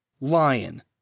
Lion